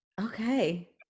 Okay